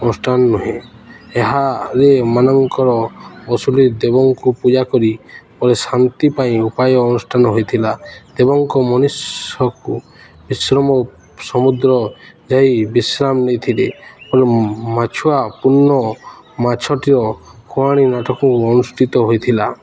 ଅନୁଷ୍ଠାନ ନୁହେଁ ଏହାରେ ମାନଙ୍କର ଅସଲି ଦେବଙ୍କୁ ପୂଜା କରି ପରେ ଶାନ୍ତି ପାଇଁ ଉପାୟ ଅନୁଷ୍ଠାନ ହୋଇଥିଲା ଦେବଙ୍କ ମଣିଷକୁ ବିଶ୍ରାମ ସମୁଦ୍ର ଯାଇ ବିଶ୍ରାମ ନେଇଥିଲେ ପରେ ମାଛୁଆ ପୂର୍ଣ୍ଣ ମାଛଟିର କାହାଣୀ ନାଟକ ଅନୁଷ୍ଠିତ ହୋଇଥିଲା